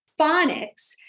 phonics